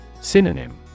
Synonym